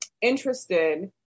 interested